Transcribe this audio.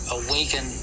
awaken